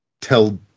tell